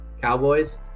Cowboys